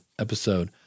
episode